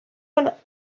one